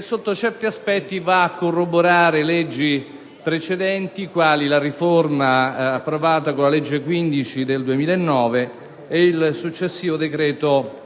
sotto certi aspetti, va a corroborare leggi precedenti, quali la riforma approvata con la legge n. 15 del 2009 e il successivo decreto